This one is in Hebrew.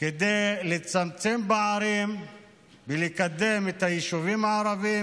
כדי לצמצם פערים ולקדם את היישובים הערביים